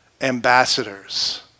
ambassadors